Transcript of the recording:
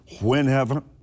whenever